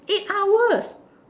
eight hours